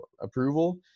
approval